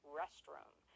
restroom